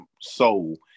soul